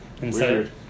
Weird